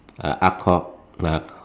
a arch called